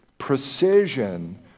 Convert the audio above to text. Precision